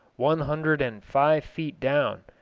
one hundred and five feet down,